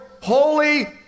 Holy